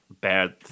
bad